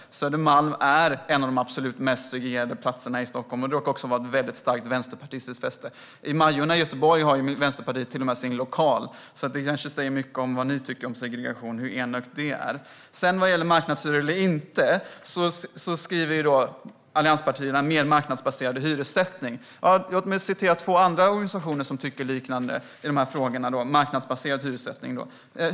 Södermalm är en av de absolut mest segregerade platserna i Stockholm. Södermalm råkar också vara ett mycket starkt vänsterpartistiskt fäste. I Majorna i Göteborg har Vänsterpartiet till och med sin lokal. Det kanske säger mycket om vad ni tycker om segregering och hur enögt det är. När det gäller marknadshyror eller inte skriver allianspartierna om mer marknadsbaserad hyressättning. Det finns två andra organisationer som tycker på ett liknande sätt i dessa frågor om marknadsbaserad hyressättning.